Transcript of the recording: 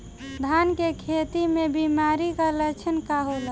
धान के खेती में बिमारी का लक्षण का होला?